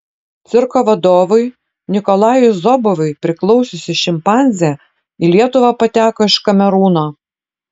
cirko vadovui nikolajui zobovui priklausiusi šimpanzė į lietuvą pateko iš kamerūno